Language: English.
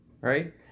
Right